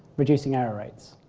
reducing error rates.